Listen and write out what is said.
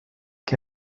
que